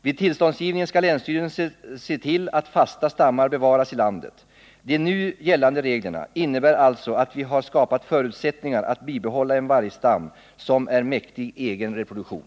Vid tillståndsgivningen skall länsstyrelsen se till att fasta stammar bevaras i landet. De nu gällande reglerna innebär alltså att vi har skapat förutsättningar för att bibehålla en vargstam som är mäktig egen reproduktion.